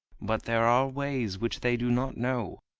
but there are ways which they do not know,